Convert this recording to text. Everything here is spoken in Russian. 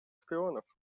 шпионов